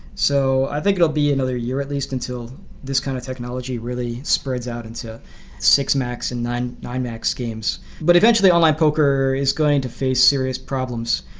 so i think it will be another year at least until this kind of technology really spreads out into six-max and nine-max games but eventually, online poker is going to face serious problems.